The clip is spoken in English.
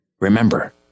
Remember